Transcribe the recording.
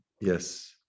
Yes